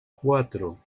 cuatro